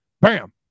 Bam